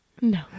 No